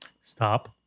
Stop